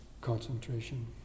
concentration